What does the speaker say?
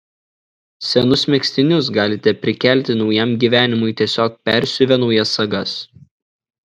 senus megztinius galite prikelti naujam gyvenimui tiesiog persiuvę naujas sagas